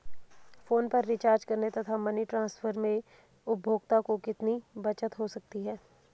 Phone पर recharge करने तथा मनी ट्रांसफर में उपभोक्ता को कितनी बचत हो सकती है?